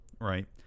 right